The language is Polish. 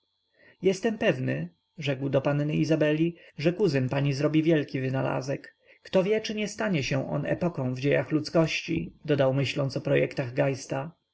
jestem pewny rzekł do panny izabeli że kuzyn pani zrobi wielki wynalazek kto wie czy nie stanie się on epoką w dziejach ludzkości dodał myśląc o projektach